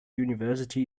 university